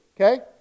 okay